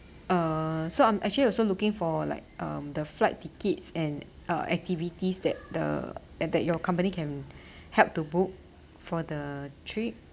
uh so I'm actually also looking for like um the flight tickets and uh activities that the that your company can help to book for the trip